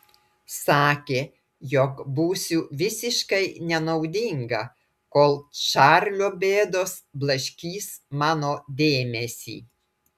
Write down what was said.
sakė jog būsiu visiškai nenaudinga kol čarlio bėdos blaškys mano dėmesį